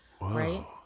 Right